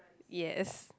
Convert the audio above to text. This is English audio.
yes